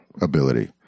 ability